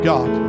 God